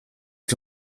针对